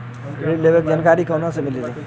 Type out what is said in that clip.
ऋण लेवे के जानकारी कहवा से मिली?